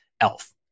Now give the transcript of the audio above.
elf